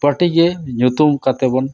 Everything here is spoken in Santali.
ᱯᱟᱴᱤ ᱜᱮ ᱧᱩᱛᱩᱢ ᱠᱟᱛᱮᱵᱚᱱ